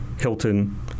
hilton